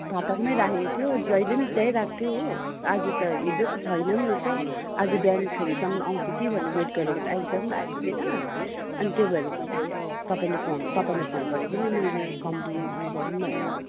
फाटकमै राखेको थियो जहिले पनि त्यहीँ राख्थ्यो हो आज त हिजो त छैन पनि रहेछ आज बिहानखेरिसम्म आँउछ कि भनेर वेट गरेको त अहिलेसम्म आइपुगेन अनि त्यो भएर मैले तपाईँले फोन तपैलाई फोन गरेको नि मैले कम्पलेन गरौँ भनेर